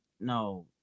No